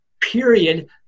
period